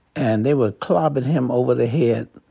and they were clobbin' him over the head.